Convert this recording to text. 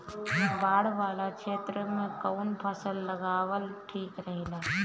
बाढ़ वाला क्षेत्र में कउन फसल लगावल ठिक रहेला?